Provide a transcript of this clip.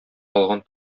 алган